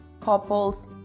couples